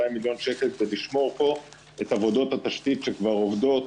מיליון שקל כדי לשמור פה את עבודות התשתית שכבר עובדות.